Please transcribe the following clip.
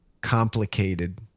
complicated